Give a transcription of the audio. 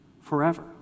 forever